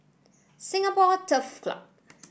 Singapore Turf Club